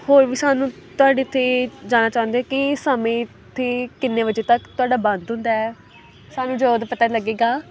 ਹੋਰ ਵੀ ਸਾਨੂੰ ਤੁਹਾਡੇ ਉੱਥੇ ਜਾਨਣਾ ਚਾਹੁੰਦੇ ਕਿ ਸਮੇਂ ਉੱਥੇ ਕਿੰਨੇ ਵਜੇ ਤੱਕ ਤੁਹਾਡਾ ਬੰਦ ਹੁੰਦਾ ਹੈ ਸਾਨੂੰ ਪਤਾ ਲੱਗੇਗਾ